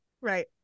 Right